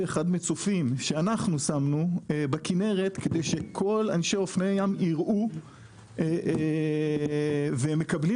שאנחנו שמנו בכנרת כדי שכל אופנועי הים יראו והם מקבלים